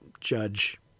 judge